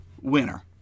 winner